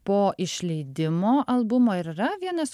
po išleidimo albumo ir yra vienas